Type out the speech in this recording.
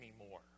anymore